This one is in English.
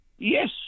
Yes